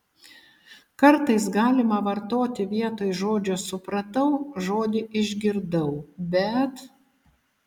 kartais galima vartoti vietoj žodžio supratau žodį išgirdau bet